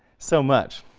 so much.